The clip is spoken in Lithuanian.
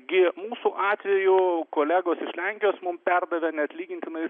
gi mūsų atveju kolegos iš lenkijos mums perdavė neatlygintinai